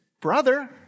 brother